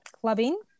Clubbing